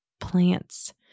plants